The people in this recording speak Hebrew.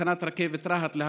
"תחנת רכבת רהט-להבים",